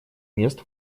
мест